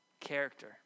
character